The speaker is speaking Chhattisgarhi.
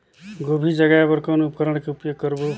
गोभी जगाय बर कौन उपकरण के उपयोग करबो?